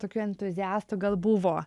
tokių entuziastų gal buvo